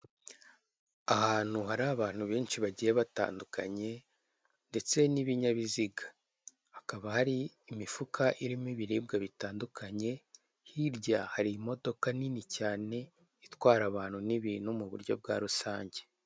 Ahantu hari abantu benshi bagiye batandukanye ndetse n'ibinyabiziga, hakaba har'imifuka irimo ibiribwa bitandukanye, hirya hari imodoka nini cyane itwara abantu n'ibintu muburyo bwa rusanjye.